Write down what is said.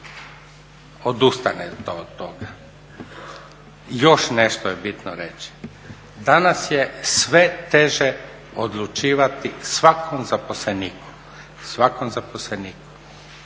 odustane to od toga. Još nešto je bitno reći. Danas je sve teže odlučivati svakom zaposleniku, svakom zaposleniku